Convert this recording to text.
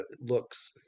looks